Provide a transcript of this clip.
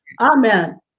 Amen